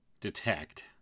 detect